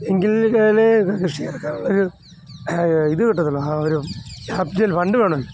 എങ്കിൽ ഇങ്ങനെ കൃഷി ഇറക്കാനുള്ള ഒരു ഇത് കിട്ടത്തുള്ളു ആ ഒരു ക്യാപിറ്റൽ ഫണ്ട് വേണം